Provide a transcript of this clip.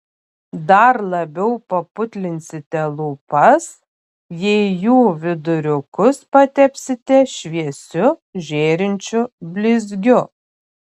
dar labiau paputlinsite lūpas jei jų viduriukus patepsite šviesiu žėrinčiu blizgiu